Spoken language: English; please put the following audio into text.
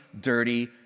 dirty